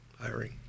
Hiring